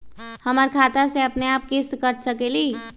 हमर खाता से अपनेआप किस्त काट सकेली?